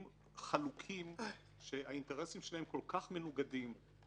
חלוקים כשהאינטרסים שלהם כל כך מנוגדים.